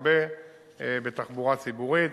הרבה בתחבורה ציבורית,